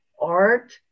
art